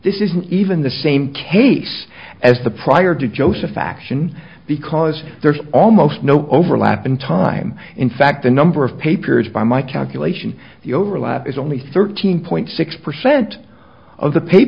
this isn't even the same case as the prior to joseph action because there's almost no overlap in time in fact the number of papers by my calculation the overlap is only thirteen point six percent of the pay